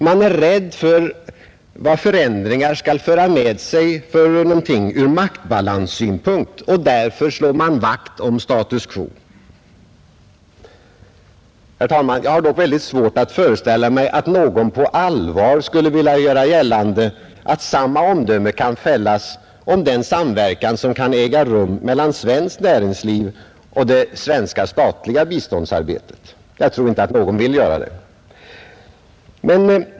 Man är rädd för vad förändringar skall föra med sig ur maktbalanssynpunkt, och därför slår man vakt om status quo. Herr talman! Jag har dock svårt att föreställa mig att någon på allvar skulle vilja göra gällande, att samma omdöme kan fällas om den samverkan som kan äga rum mellan svenskt näringsliv och det svenska statliga biståndsarbetet. Jag tror inte att någon vill göra det.